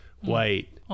White